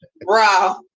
bro